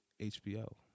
HBO